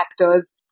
actors